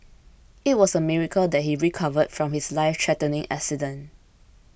it was a miracle that he recovered from his lifethreatening accident